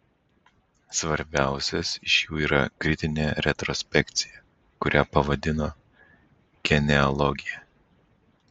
svarbiausias iš jų yra kritinė retrospekcija kurią pavadino genealogija